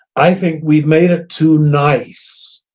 i think we've made it too nice,